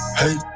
hey